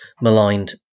maligned